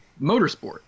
motorsport